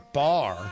bar